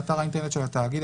באתר האינטרנט של התאגיד,